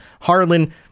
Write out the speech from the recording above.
Harlan